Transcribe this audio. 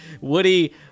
Woody